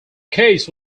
case